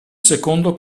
secondo